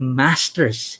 masters